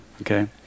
okay